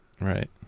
right